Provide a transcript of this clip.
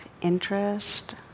interest